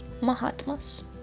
Mahatmas